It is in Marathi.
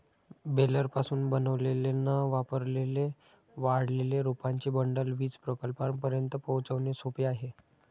बेलरपासून बनवलेले न वापरलेले वाळलेले रोपांचे बंडल वीज प्रकल्पांपर्यंत पोहोचवणे सोपे आहे